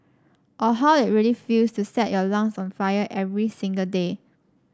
or how it really feels to set your lungs on fire every single day